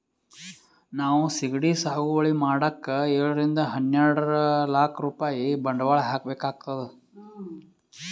ನಾವ್ ಸಿಗಡಿ ಸಾಗುವಳಿ ಮಾಡಕ್ಕ್ ಏಳರಿಂದ ಹನ್ನೆರಡ್ ಲಾಕ್ ರೂಪಾಯ್ ಬಂಡವಾಳ್ ಹಾಕ್ಬೇಕ್ ಆತದ್